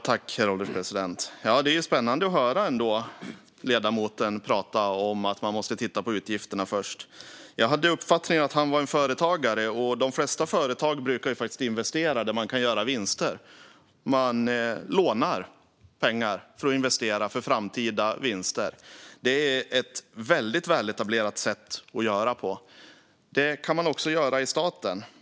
Herr ålderspresident! Det är ändå spännande att höra ledamoten prata om att man måste titta på utgifterna först. Jag hade uppfattningen att han är företagare, och de flesta företag brukar faktiskt investera där man kan göra vinster. Man lånar pengar för att investera för framtida vinster. Det är ett väldigt väletablerat sätt. Det kan man också göra i staten.